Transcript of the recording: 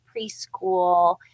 preschool